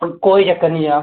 कोई चक्कर निं जनाब